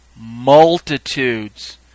multitudes